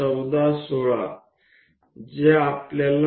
9 mm આપે છે